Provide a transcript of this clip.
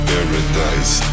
Paradise